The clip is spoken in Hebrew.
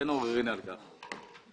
אין עוררין על כך.